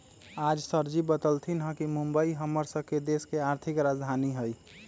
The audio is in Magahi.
आज सरजी बतलथिन ह कि मुंबई हम्मर स के देश के आर्थिक राजधानी हई